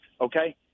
okay